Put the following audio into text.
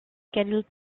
scheduled